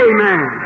Amen